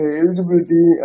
eligibility